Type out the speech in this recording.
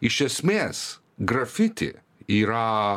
iš esmės grafiti yra